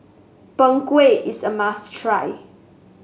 Png Kueh is a must try